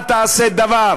אל תעשה דבר